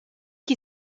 qui